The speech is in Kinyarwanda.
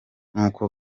n’uko